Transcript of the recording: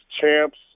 Champs